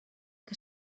que